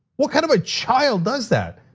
what kind of a child does that?